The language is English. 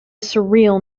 surreal